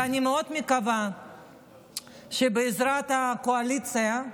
ואני מאוד מקווה שבעזרת הקואליציה,